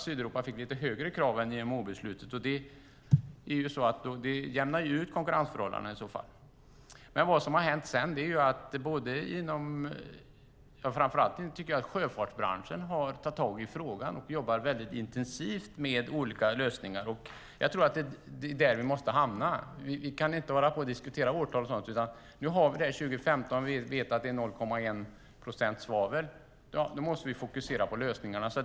Sydeuropa fick lite högre krav än i IMO-beslutet, vilket jämnar ut konkurrensförhållandena. Vad som har hänt sedan är att sjöfartsbranschen har tagit tag i frågan och jobbar intensivt med olika lösningar. Det är där vi måste hamna. Vi kan inte hålla på och diskutera årtal. Nu har vi 2015, och vi vet att det är 0,1 procent svavel. Då måste vi fokusera på lösningarna.